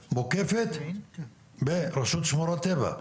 שהיא מוקפת ברשות שומרות טבע.